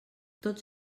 tots